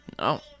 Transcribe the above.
No